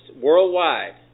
worldwide